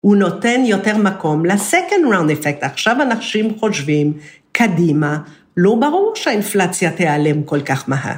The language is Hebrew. ‫הוא נותן יותר מקום לסקנד ראונד אפקט. ‫עכשיו אנשים חושבים קדימה. ‫לא ברור שהאינפלציה ‫תיעלם כל כך מהר.